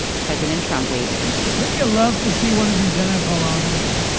president trump weighed in wouldn't you love to see one of these nfl owners,